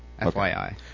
FYI